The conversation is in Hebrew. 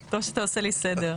טוב שאתה עושה לי סדר.